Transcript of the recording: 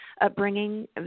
upbringing